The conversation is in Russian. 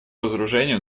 разоружению